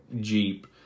Jeep